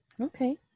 Okay